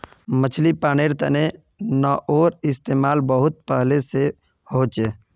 मछली पालानेर तने नाओर इस्तेमाल बहुत पहले से होचे